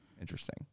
Interesting